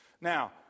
Now